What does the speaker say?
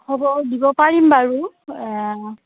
হ'ব দিব পাৰিম বাৰু